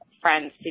friends